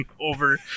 over